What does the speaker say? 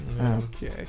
Okay